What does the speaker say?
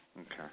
Okay